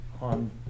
on